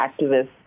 activists